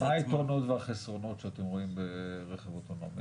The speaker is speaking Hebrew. מה היתרונות והחסרונות שאתם רואים ברכב אוטונומי?